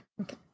okay